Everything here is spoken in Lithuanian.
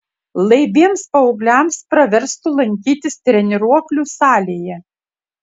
laibiems paaugliams praverstų lankytis treniruoklių salėje